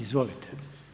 Izvolite.